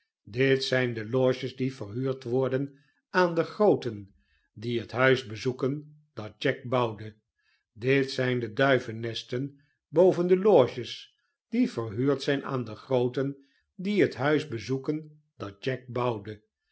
dit zijn de loges die verhuurd worden aan de grooten die het huis bezoeken dat jack bouwde dit zijn de duivennesten boven de loges die verhuurd zijn aan de grooten die het huis bezoeken dat jack bouwde